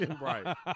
right